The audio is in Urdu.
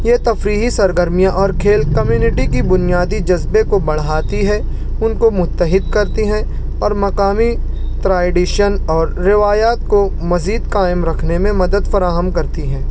یہ تفریحی سرگرمیاں اور کھیل کمیونٹی کی بنیادی جذبے کو بڑھاتی ہے ان کو متحد کرتے ہیں اور مقامی ٹرائڈیشن اور روایات کو مزید قائم رکھنے میں مدد فراہم کرتی ہیں